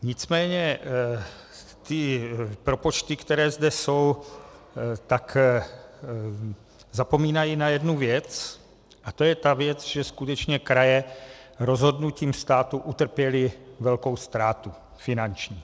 Nicméně ty propočty, které zde jsou, zapomínají na jednu věc, a to je ta věc, že skutečně kraje rozhodnutím státu utrpěly velkou ztrátu, finanční.